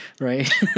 Right